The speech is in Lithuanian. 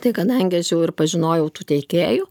tai kadangi aš jau ir pažinojau tų teikėjų